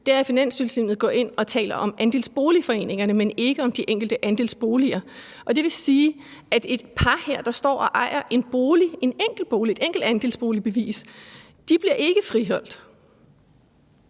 går Finanstilsynet ind og taler om andelsboligforeningerne, men ikke om de enkelte andelsboliger. Det vil sige, at et par, der står og ejer en bolig – en enkelt bolig, et enkelt andelsboligbevis – ikke bliver friholdt.